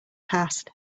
past